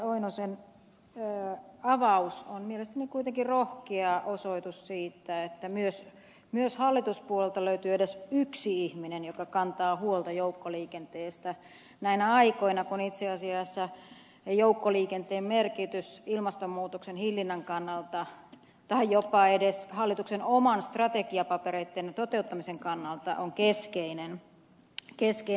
oinosen avaus on mielestäni kuitenkin rohkea osoitus siitä että myös hallituspuolelta löytyy edes yksi ihminen joka kantaa huolta joukkoliikenteestä näin aikoina kun itse asiassa joukkoliikenteen merkitys ilmastonmuutoksen hillinnän kannalta tai jopa edes hallituksen omien strategiapapereitten toteuttamisen kannalta on keskeinen